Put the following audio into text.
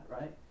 right